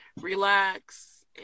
Relax